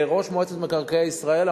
כראש מועצת מקרקעי ישראל,